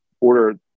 order